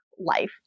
life